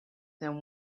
than